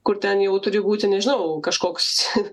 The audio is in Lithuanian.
kur ten jau turi būti nežinau kažkoks